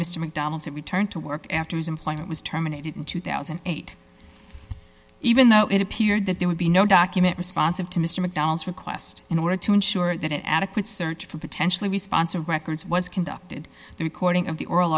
mr mcdonald had returned to work after his employment was terminated in two thousand and eight even though it appeared that there would be no document responsive to mr macdonald's request in order to ensure that adequate search for potentially response or records was conducted the recording of the oral